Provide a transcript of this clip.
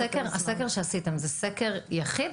הסקר שעשיתם זה סקר יחיד,